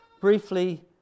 briefly